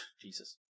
Jesus